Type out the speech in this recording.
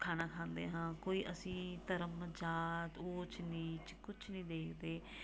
ਖਾਣਾ ਖਾਂਦੇ ਹਾਂ ਕੋਈ ਅਸੀਂ ਧਰਮ ਜਾਤ ਊਚ ਨੀਚ ਕੁਛ ਨਹੀਂ ਦੇਖਦੇ